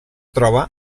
troba